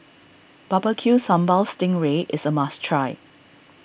Barbecue Sambal Sting Ray is a must try